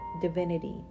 divinity